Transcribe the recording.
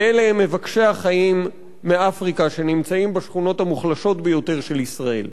ואלה הם מבקשי החיים מאפריקה שנמצאים בשכונות המוחלשות ביותר של ישראל.